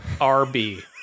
RB